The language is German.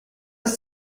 ist